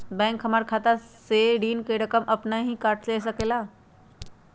Bank हमार खाता से ऋण का रकम अपन हीं काट ले सकेला?